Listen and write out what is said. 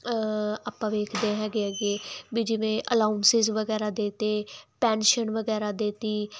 ਆਪਾਂ ਵੇਖਦੇ ਹੈਗੇ ਐਗੇ ਵੀ ਜਿਵੇਂ ਅਲਾਉਂਸਸ ਵਗੈਰਾ ਦੇਤੇ ਪੈਨਸ਼ਨ ਵਗੈਰਾ ਦੇਤੀ